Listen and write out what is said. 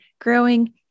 growing